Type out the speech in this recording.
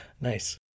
nice